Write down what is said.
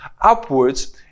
upwards